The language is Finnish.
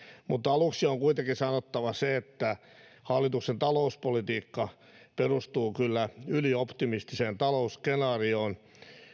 mutta aluksi on kuitenkin sanottava se että hallituksen talouspolitiikka perustuu kyllä ylioptimistiseen talousskenaarioon